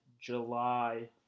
July